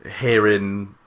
hearing